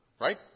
right